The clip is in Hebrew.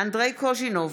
אנדרי קוז'ינוב,